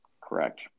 Correct